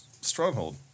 stronghold